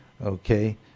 Okay